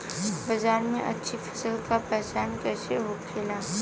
बाजार में अच्छी फसल का पहचान कैसे होखेला?